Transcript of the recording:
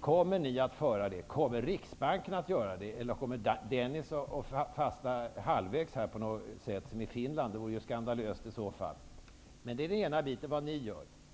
kommer Riksbanken att göra det, eller kommer Dennis att fastna halvvägs, som i Finland? Det vore skandalöst, i så fall. Det är den del som handlar om vad ni gör.